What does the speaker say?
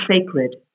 sacred